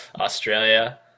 Australia